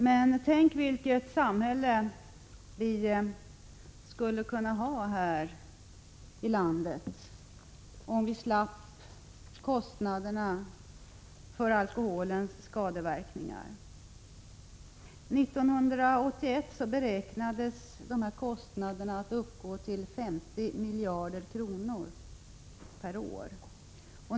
Men tänk vilket samhälle vi skulle kunna ha om vi slapp kostnaderna för alkoholens skadeverkningar! 1981 beräknades dessa kostnader uppgå till 50 miljarder kronor per år.